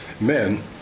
men